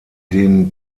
den